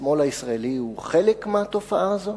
השמאל הישראלי הוא חלק מהתופעה הזו.